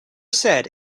said